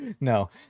no